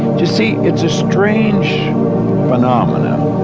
you see, it's a strange phenomenon,